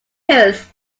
ears